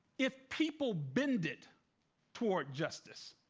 if people bend it toward justice,